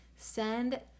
send